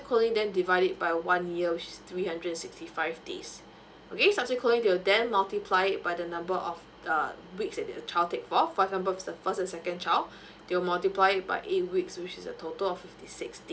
then divide it by one year which is three hundred and sixty five days okay subsequently they'll then multiply it by the number of uh weeks that are calculated for for example for first and second child they'll multiply it by eight weeks which is a total of fifty sixty days